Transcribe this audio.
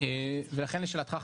ואכן לשאלתך,